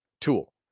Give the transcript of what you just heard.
tool